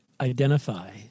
identify